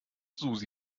susi